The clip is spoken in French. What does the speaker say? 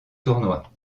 tournoi